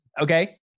Okay